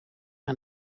een